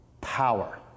Power